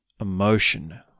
emotion